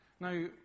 Now